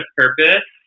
purpose